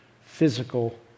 physical